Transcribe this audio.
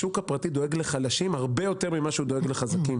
כי השוק הפרטי דואג לחלשים הרבה יותר ממה שהוא דואג לחזקים.